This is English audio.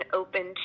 open